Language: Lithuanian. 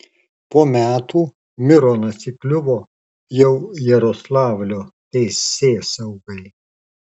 po metų mironas įkliuvo jau jaroslavlio teisėsaugai